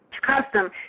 custom